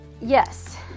yes